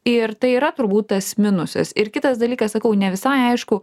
ir tai yra turbūt tas minusas ir kitas dalykas sakau ne visai aišku